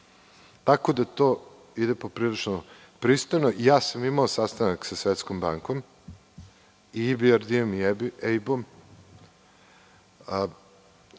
tako da to ide poprilično pristojno. Ja sam imao sastanak sa Svetskom bankom i IBRD.